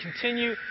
continue